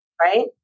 right